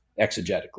exegetically